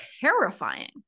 terrifying